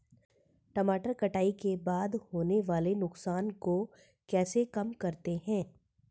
टमाटर कटाई के बाद होने वाले नुकसान को कैसे कम करते हैं?